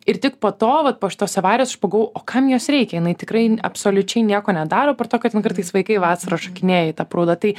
ir tik po to vat po šitos avarijos aš pagalvojau o kam jos reikia jinai tikrai absoliučiai nieko nedaro apart to kad ten kartais vaikai vasarą šokinėja į tą prūdą tai